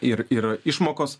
ir ir išmokos